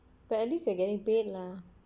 but at least you are getting paid lah